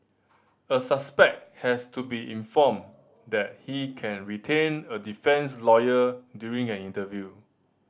a suspect has to be informed that he can retain a defence lawyer during an interview